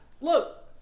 look